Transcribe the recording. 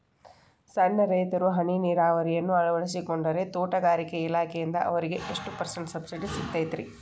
ಸಣ್ಣ ರೈತರು ಹನಿ ನೇರಾವರಿಯನ್ನ ಅಳವಡಿಸಿಕೊಂಡರೆ ತೋಟಗಾರಿಕೆ ಇಲಾಖೆಯಿಂದ ಅವರಿಗೆ ಎಷ್ಟು ಪರ್ಸೆಂಟ್ ಸಬ್ಸಿಡಿ ಸಿಗುತ್ತೈತರೇ?